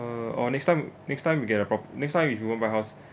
oh or next time next time we get a pro~ next time if you want buy house